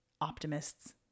optimists